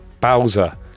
Bowser